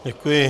Děkuji.